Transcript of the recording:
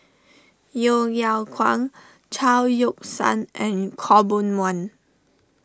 Yeo Yeow Kwang Chao Yoke San and Khaw Boon Wan